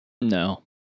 No